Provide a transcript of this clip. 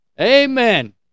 Amen